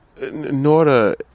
Nora